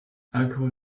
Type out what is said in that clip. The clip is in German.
alkohol